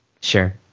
Sure